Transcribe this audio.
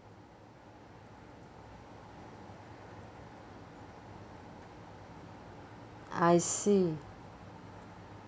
I see